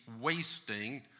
wasting